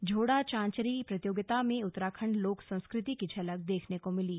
झोड़ा चांचरी प्रतियोगिता में उत्तराखण्ड लोक संस्कृति की झलक देखने को मिली